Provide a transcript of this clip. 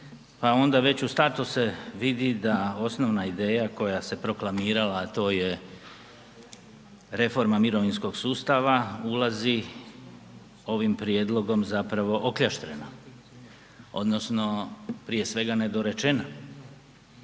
pa onda već u startu se vidi da osnovna ideja koja se proklamirala a to je reforma mirovinskog sustava ulazi ovim prijedlogom zapravo okljaštrena odnosno prije svega nedorečena.